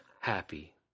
happy